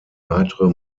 weitere